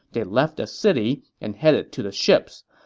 they left the city and headed to the ships.